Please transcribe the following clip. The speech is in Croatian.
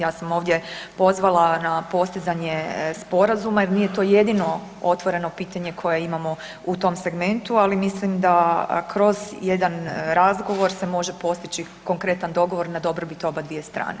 Ja sam ovdje pozvala na postizanje sporazuma jer nije to jedino otvoreno pitanje koje imamo u tom segmentu, ali mislim da se kroz jedan razgovor može postići konkretan dogovor na dobrobit obadvije strane.